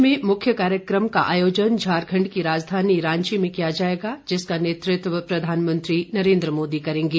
देश में मुख्य कार्यक्रम का आयोजन झारखंड की राजधानी रांची में किया जाएगा जिसका नेतृत्व प्रधानमंत्री नरेन्द्र मोदी करेंगे